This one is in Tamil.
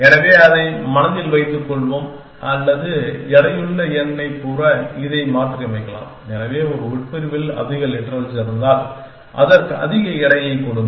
எனவே அதை மனதில் வைத்துக் கொள்வோம் அல்லது எடையுள்ள எண்ணைக் கூற இதை மாற்றியமைக்கலாம் எனவே ஒரு உட்பிரிவில் அதிக லிட்ரல்ஸ் இருந்தால் அதற்கு அதிக எடையைக் கொடுங்கள்